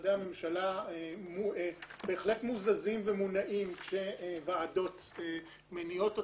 ומשרדי ממשלה בהחלט מוזזים ומונעים כשוועדות מניעות אותם,